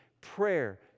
prayer